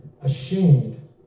ashamed